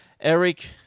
Eric